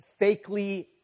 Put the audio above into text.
fakely